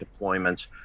deployments